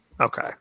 Okay